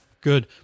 good